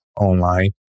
online